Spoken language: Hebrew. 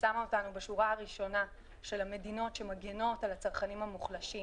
ששמה אותנו בשורה הראשונה של המדינות שמגינות על הצרכנים המוחלשים.